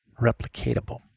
replicatable